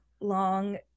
long